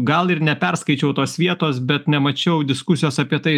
gal ir neperskaičiau tos vietos bet nemačiau diskusijos apie tai